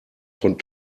von